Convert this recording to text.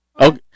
Okay